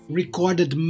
recorded